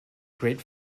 great